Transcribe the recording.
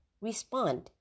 respond